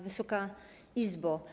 Wysoka Izbo!